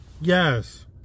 Yes